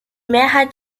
mehrheit